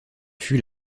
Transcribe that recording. fut